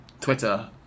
Twitter